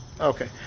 Okay